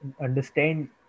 understand